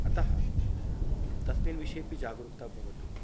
अतः तस्मिन् विषये अपि जागरूकता भवतु